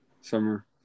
summer